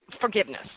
forgiveness